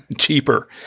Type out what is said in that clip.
cheaper